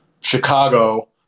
Chicago